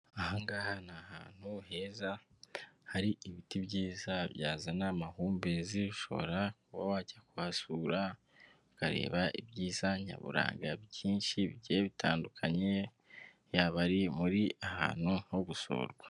Aha ngaha ni ahantutu heza hari ibiti byiza byazana amahumbezi, ushobora kuba wajya kuhasura ukareba ibyiza nyaburanga byinshi bigiye bitandukanye, yaba ari muri ahantu ho gusurwa.